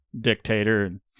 dictator